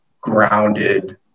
grounded